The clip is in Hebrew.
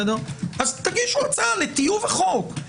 אז תגישו הצעה לטיוב החוק.